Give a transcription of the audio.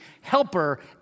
helper